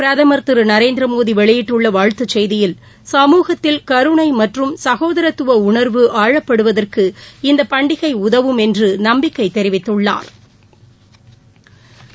பிரதம் திரு நரேந்திரமோடி வெளியிட்டுள்ள வாழ்த்துச் செய்தியில் சமூகத்தில் கருணை மற்றும் சகோதரத்துவ உணா்வு ஆழப்படுவதற்கு இந்த பண்டிகை உதவும் என்று நம்பிக்கை தெரிவித்துள்ளாா்